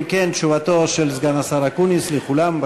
אם כן, תשובתו של סגן השר אקוניס לכולם.